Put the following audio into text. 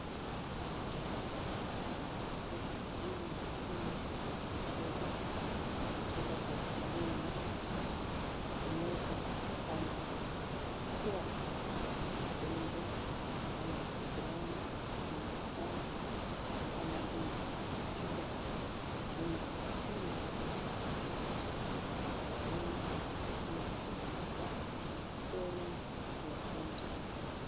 Chupa ya dawa ya kuongeza madini ya chuma Iron , kutoka kwa kampuni ya NATURES BOUNTY. Kila kidonge ina miligramu sirini na tano za madini haya na chupa ya jumla ya madini ya tembe 100. Dawa hii inasaidia kutengeneza cells nyekundu ya damu.